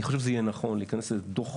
אני חושב שזה יהיה נכון להיכנס לאיזה שהוא דוח